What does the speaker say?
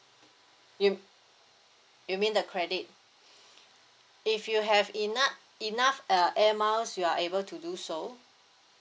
you you mean the credit if you have enough enough uh airmiles you are able to do so